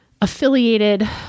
affiliated